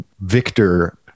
victor